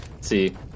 See